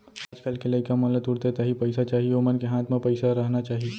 आज कल के लइका मन ला तुरते ताही पइसा चाही ओमन के हाथ म पइसा रहना चाही